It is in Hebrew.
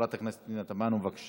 חברת הכנסת פנינה תמנו, בבקשה.